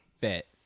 fit